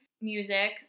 music